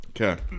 Okay